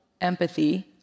empathy